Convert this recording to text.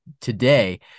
today